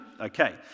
Okay